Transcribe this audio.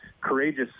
courageous